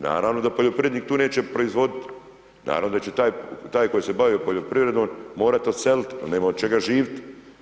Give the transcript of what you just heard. Naravno da poljoprivrednik tu neće proizvoditi, naravno da će taj koji se bavi poljoprivredom morati odseliti, on nema od čega živjeti.